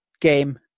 game